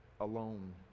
alone